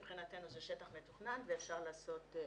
מבחינתי זה שטח מתוכנן ואפשר לעשות עסקה.